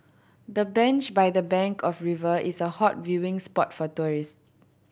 the bench by the bank of the river is a hot viewing spot for tourist